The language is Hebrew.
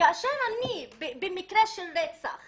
כאשר מקרה של רצח